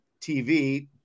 TV